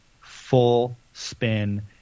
full-spin